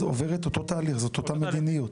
אז הוא עובר את אותו תהליך, זו אותה מדיניות.